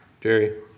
Jerry